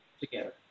together